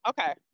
okay